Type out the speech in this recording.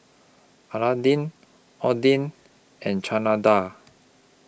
Oden and Chana Dal